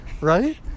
right